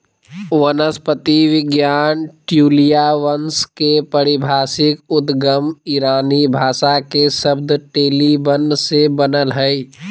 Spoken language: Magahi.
वनस्पति विज्ञान ट्यूलिया वंश के पारिभाषिक उद्गम ईरानी भाषा के शब्द टोलीबन से बनल हई